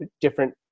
different